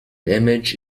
image